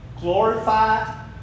glorify